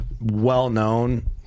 well-known